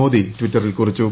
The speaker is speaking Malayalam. മോദി ട്വിറ്ററിൽ കുറിച്ചു